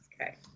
Okay